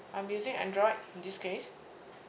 I'm using Android in this case